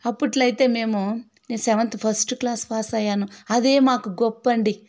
అప్పట్లో అయితే మేము నేను సెవెంత్ ఫస్ట్ క్లాస్ పాస్ అయ్యాను అదే మాకు గొప్ప అండి